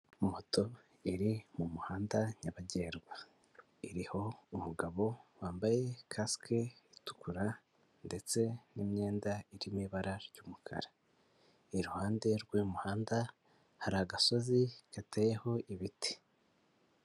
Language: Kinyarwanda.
Moto iri mu muhanda nyabagendwa, iriho umugabo wambaye kasike itukura ndetse n'imyenda irimo ibara ry'umukara; iruhande rw'umuhanda hari agasozi gateyeho ibiti.